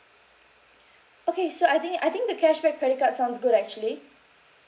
okay so I think I think the cashback credit card sounds good actually